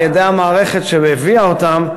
על-ידי המערכת שהביאה אותן,